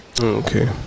Okay